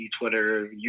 Twitter